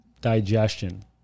digestion